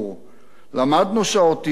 "למדנו שהאותיות הקטנות